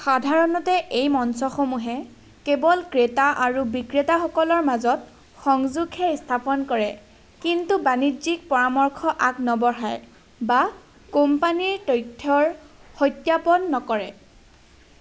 সাধাৰণতে এই মঞ্চসমূহে কেৱল ক্ৰেতা আৰু বিক্ৰেতাসকলৰ মাজত সংযোগহে স্থাপন কৰে কিন্তু বাণিজ্যিক পৰামৰ্শ আগ নবঢ়ায় বা কোম্পানীৰ তথ্যৰ সত্যাপন নকৰে